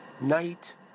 night